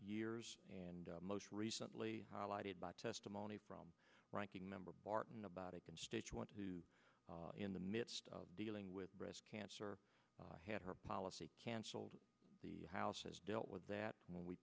years and most recently highlighted by testimony from ranking member barton about a constituent to in the midst of dealing with breast cancer had her policy canceled the house has dealt with that when we